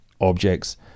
objects